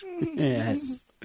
yes